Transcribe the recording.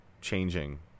changing